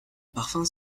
parfums